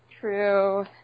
True